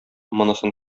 монысын